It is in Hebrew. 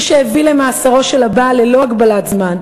הוא שהביא למאסרו של הבעל ללא הגבלת זמן,